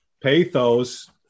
pathos